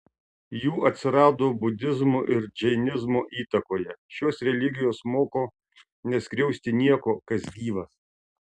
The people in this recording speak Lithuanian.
jų atsirado budizmo ir džainizmo įtakoje šios religijos moko neskriausti nieko kas gyvas